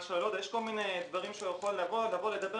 שלו ויש כל מיני דברים שהוא יכול לבוא לדבר.